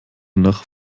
nach